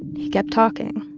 he kept talking,